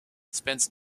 spence